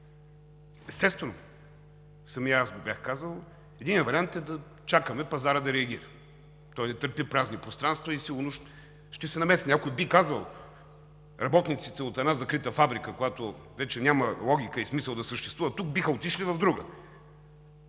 Естествено, самият аз го бях казал – единият вариант е да чакаме пазарът да реагира. Той не търпи празни пространства и сигурно ще се намеси някой. Бих казал: работниците от една закрита фабрика, която вече няма логика и смисъл да съществува тук, биха отишли в друга,